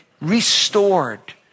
restored